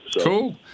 Cool